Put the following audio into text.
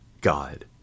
God